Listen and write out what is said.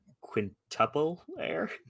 Quintuple-air